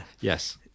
Yes